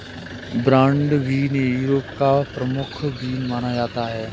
broad bean Europe का प्रमुख bean माना जाता है